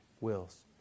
wills